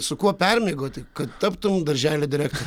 su kuo permiegoti kad taptum darželio direktoriu